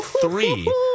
three